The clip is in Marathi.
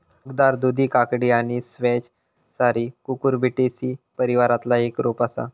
टोकदार दुधी काकडी आणि स्क्वॅश सारी कुकुरबिटेसी परिवारातला एक रोप असा